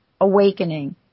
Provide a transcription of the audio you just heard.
Awakening